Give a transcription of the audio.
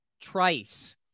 Trice